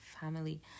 family